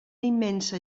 immensa